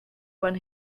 when